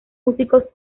músicos